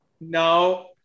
No